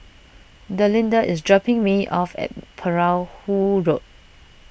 Delinda is dropping me off at Perahu Road